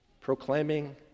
proclaiming